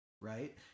Right